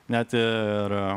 net ir